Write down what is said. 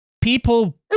people